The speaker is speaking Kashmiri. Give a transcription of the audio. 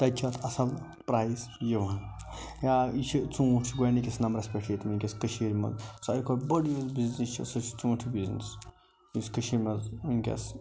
تَتہِ چھِ اَتھ اَصٕل پرایس یِوان یا یہِ چھُ ژوٗنٹھ چھُ گۄڈٕنِکس نمبرس پٮ۪ٹھ ییٚتہِ وُنکٮ۪س کٔشیٖرِ منٛز ساروٕے کھۄتہٕ بوٚڑ یُس بزنٮ۪س چھُ سُہ چھِ ژوٗنٹھ بزنٮ۪س یُس کٔشیٖر منٛز وُنکٮ۪س